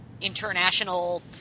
international